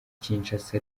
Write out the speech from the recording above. kinshasa